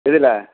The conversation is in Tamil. எதில்